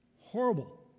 Horrible